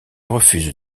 refuse